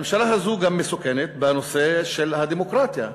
הממשלה הזאת גם מסוכנת בנושא של הדמוקרטיה.